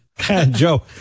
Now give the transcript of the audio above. Joe